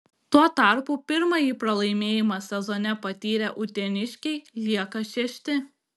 tuo tarpu pirmąjį pralaimėjimą sezone patyrę uteniškiai lieka šešti